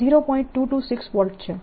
226 V છે